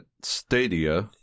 Stadia